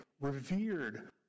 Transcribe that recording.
revered